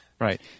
Right